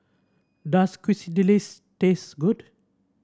does Quesadillas taste good